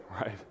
right